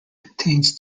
contains